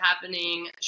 happening